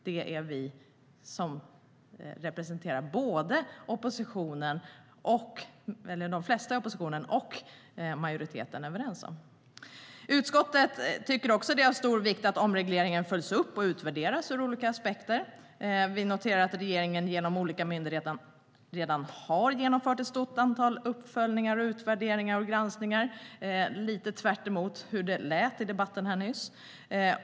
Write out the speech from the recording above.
Det är vi som representerar de flesta i oppositionen och majoriteten överens om. Utskottet tycker också att det är av stor vikt att omregleringen följs upp och utvärderas utifrån olika aspekter. Vi noterar att regeringen, genom olika myndigheter, redan har genomfört ett stort antal uppföljningar, utvärderingar och granskningar - lite tvärtemot hur det lät i debatten här nyss.